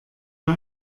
für